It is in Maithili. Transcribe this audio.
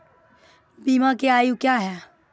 बीमा के आयु क्या हैं?